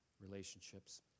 relationships